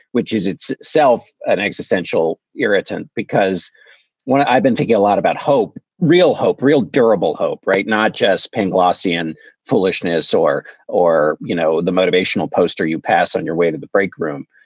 which is its self, an existential irritant. because what i've been thinking a lot about hope. real hope, real durable hope. right. not just panglossian foolishness or or, you know, the motivational poster you pass on your way to the break room.